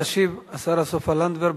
תשיב השרה סופה לנדבר.